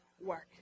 work